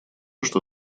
что